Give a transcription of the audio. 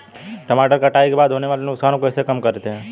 टमाटर कटाई के बाद होने वाले नुकसान को कैसे कम करते हैं?